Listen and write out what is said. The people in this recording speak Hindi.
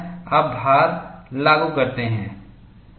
आप भार लागू करते हैं